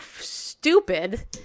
stupid